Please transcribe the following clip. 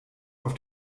auf